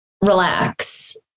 relax